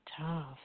tough